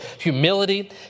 humility